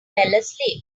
asleep